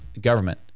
government